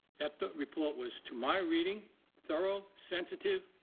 that report was to my reading thorough, sensitive,